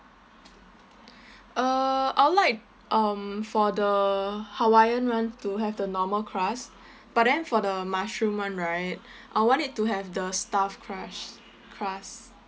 uh I would like um for the hawaiian [one] to have the normal crust but then for the mushroom [one] right I want it to have the stuffed crush crust